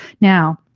Now